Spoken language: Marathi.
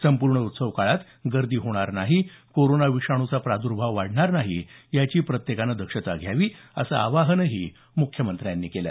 संपूर्ण उत्सव काळात गर्दी होणार नाही कोरोना विषाणूचा प्रादुर्भाव वाढणार नाही याची प्रत्येकाने दक्षता घ्यावी असं आवाहन त्यांनी केलं